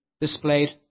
displayed